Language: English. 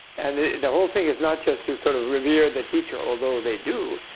and the whole thing is not just to sort of revere the teacher although, they do.